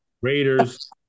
Raiders